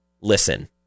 listen